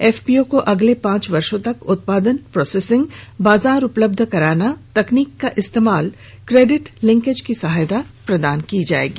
FPO को अगले पांच वर्षों तक उत्पादन प्रोसेसिंग बाजार उपलब्ध कराना तकनीक का इस्तेमाल क्रेडिट लिंकेज की सहायता प्रदान की जाएगी